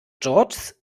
george’s